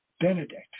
Benedict